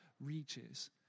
reaches